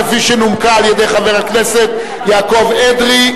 כפי שנומקה על-ידי חבר הכנסת יעקב אדרי,